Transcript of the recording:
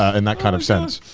ah in that kind of sense,